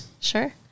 Sure